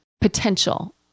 potential